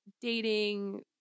dating